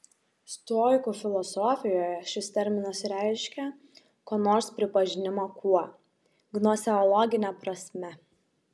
stoikų filosofijoje šis terminas reiškia ko nors pripažinimą kuo gnoseologine prasme